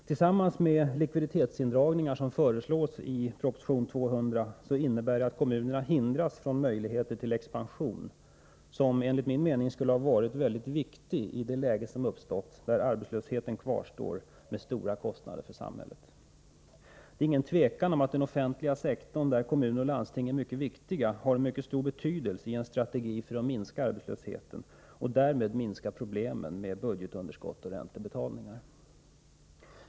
Tillsammans med de likviditetsindragningar som föreslås i proposition 200 innebär detta att kommunerna hindras från möjligheter till en expansion som enligt min mening skulle ha varit väldigt viktig i ett läge med fortsatt arbetslöshet, med stora kostnader för samhället. Det är inget tvivel om att den offentliga sektorn, där kommuner och landsting är mycket viktiga, har stor betydelse i en strategi för att minska arbetslösheten och därmed problemen med budgetunderskott och räntebetalningar.